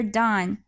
done